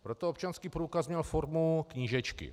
Proto občanský průkaz měl formu knížečky.